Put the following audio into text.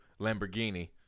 Lamborghini